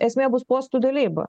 esmė bus postų dalyba